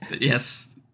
yes